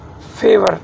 favor